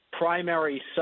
primary